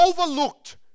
overlooked